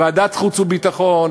ועדת חוץ וביטחון,